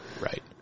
Right